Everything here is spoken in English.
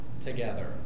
together